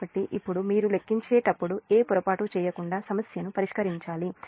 కాబట్టి ఇప్పుడు మీరు లెక్కించేటప్పుడు ఏ పొరపాటు చేయకుండా సమస్యను పరిష్కరించాలి